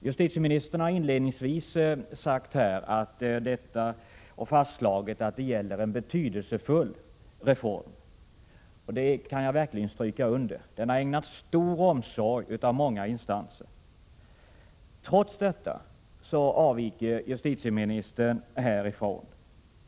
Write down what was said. Justitieministern har fastslagit att detta gäller en betydelsefull reform, vilket jag verkligen kan understryka. Den har ägnats stor omsorg från många instanser. Trots detta avviker justitieministern härifrån.